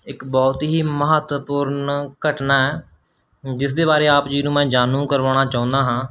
ਇੱਕ ਬਹੁਤ ਹੀ ਮਹੱਤਵਪੂਰਨ ਘਟਨਾ ਜਿਸਦੇ ਬਾਰੇ ਆਪ ਜੀ ਨੂੰ ਮੈਂ ਜਾਣੂ ਕਰਵਾਉਣਾ ਚਾਹੁੰਦਾ ਹਾਂ